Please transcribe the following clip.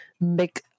make